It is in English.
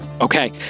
Okay